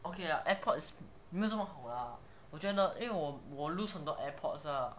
okay lah airpods 没有这么好 ah 我觉得因为我 lose 很多 airpods lah